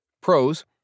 Pros